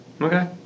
Okay